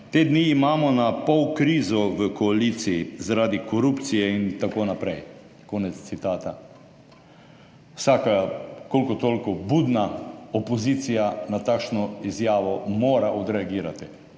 "Te dni imamo na pol krizo v koaliciji, zaradi korupcije, in tako naprej." Konec citata. Vsaka kolikor toliko budna opozicija na takšno izjavo mora odreagirati,